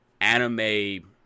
anime